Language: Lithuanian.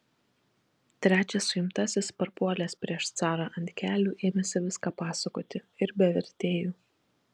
trečias suimtasis parpuolęs prieš carą ant kelių ėmėsi viską pasakoti ir be vertėjų